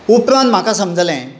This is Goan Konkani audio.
उपरांत म्हाका समजलें